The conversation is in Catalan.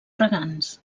regants